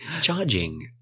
Charging